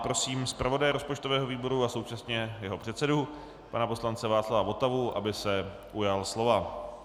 Prosím zpravodaje rozpočtového výboru a současně jeho předsedu pana poslance Václava Votavu, aby se ujal slova.